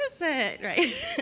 right